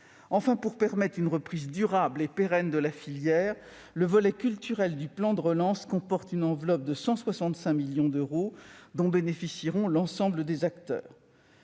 Enfin, pour permettre une reprise durable et pérenne de la filière, le volet culturel du plan de relance comporte une enveloppe de 165 millions d'euros, dont bénéficieront l'ensemble des acteurs